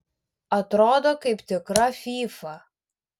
atrodo kaip tikra fyfa